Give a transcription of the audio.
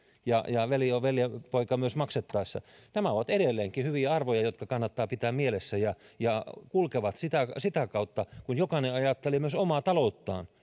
ja ja velka on veljenpoika maksettaessa nämä ovat edelleenkin hyviä arvoja jotka kannattaa pitää mielessä ja ja kulkevat ihan oikeaan suuntaan sitä kautta kun jokainen ajattelee myös omaa talouttaan